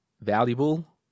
valuable